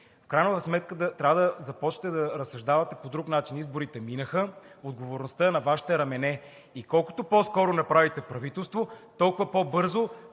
в крайна сметка трябва да започнете да разсъждавате по друг начин. Изборите минаха, отговорността е на Вашите рамене и колкото по-скоро направите правителство, толкова по-бързо